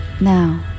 Now